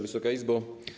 Wysoka Izbo!